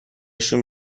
شون